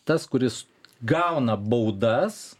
tas kuris gauna baudas